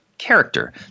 Character